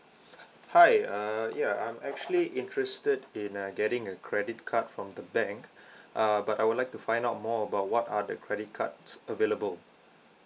hi uh ya I'm actually interested in uh getting a credit card from the bank uh but I would like to find out more about what are the credit cards available